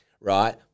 right